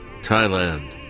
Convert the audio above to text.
Thailand